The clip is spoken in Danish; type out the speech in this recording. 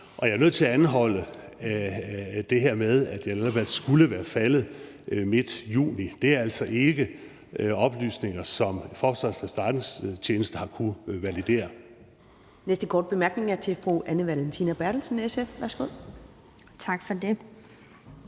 Jeg er nødt til at anholde det med, at Jalalabad skulle være faldet midt juni. Det er altså ikke oplysninger, som Forsvarets Efterretningstjeneste har kunnet validere.